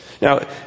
Now